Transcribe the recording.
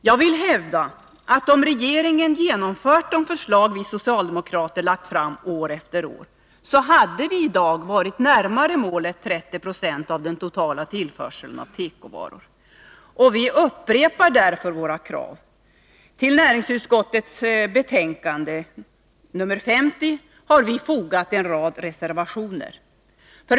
Jag vill hävda, att om regeringen genomfört de förslag vi socialdemokrater lagt fram år efter år, hade vi i dag varit närmare målet 30 96 av den totala tillförseln av tekovaror. Vi upprepar därför våra krav, och till näringsutskottets betänkande nr 50 har vi fogat en rad reservationer.